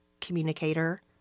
communicator